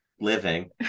living